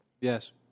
Yes